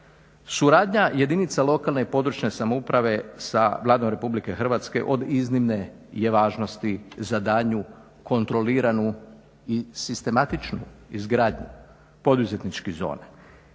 suradnja jedinica lokalne i područne samouprave sa Vladom Republike Hrvatske od iznimne je važnosti za daljnju kontroliranu i sistematičnu izgradnju poduzetničkih zona